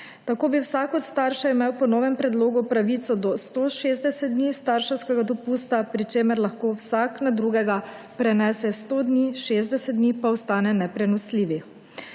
Tako bi vsak od staršev imel po novem predlogu pravico do 160 dni starševskega dopusta, pri čemer lahko vsak na drugega prenese 100 dni, 60 dni pa ostane neprenosljivih.